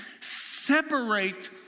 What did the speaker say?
separate